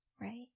right